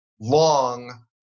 long